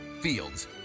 Fields